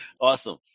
Awesome